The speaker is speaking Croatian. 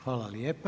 Hvala lijepa.